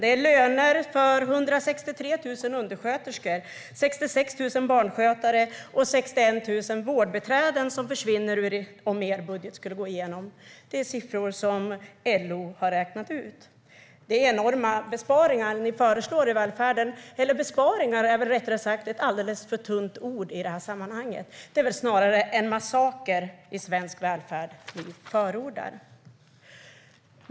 Det är löner för 163 000 undersköterskor, 66 000 barnskötare och 61 000 vårdbiträden som försvinner om er budget skulle gå igenom. Det är siffror som LO har räknat ut. Det är enorma besparingar ni föreslår i välfärden - eller besparingar är väl rättare sagt ett alldeles för tunt ord i det här sammanhanget. Det är snarare en massaker på svensk välfärd som ni förordar.